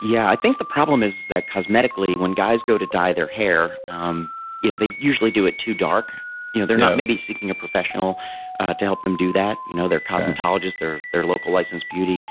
yeah i think the problem is that cosmetically when guys go to dye their hair ah um you know they usually do it too dark you know they're not maybe seeking a professional to help them do that. you know, their cosmetologist, their local licensed beauty